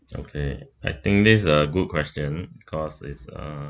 okay I think this is a good question cause it's uh